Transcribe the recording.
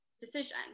decision